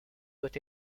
doit